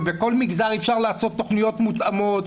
ובכל מגזר אפשר לעשות תכניות מותאמות,